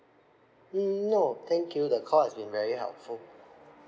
mm no thank you the call has been very helpful